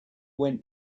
went